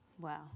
Wow